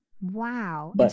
Wow